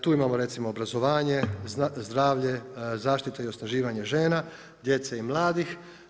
Tu imamo recimo obrazovanje, zdravlje, zaštita i osnaživanje žena, djece i mladih.